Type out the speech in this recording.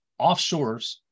offshores